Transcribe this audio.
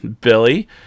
billy